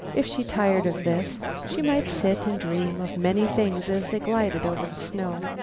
if she tired of this, she might sit and dream of many things as they glided over the snow.